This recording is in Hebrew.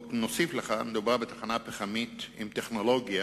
נוסיף לך: מדובר בתחנה פחמית עם טכנולוגיה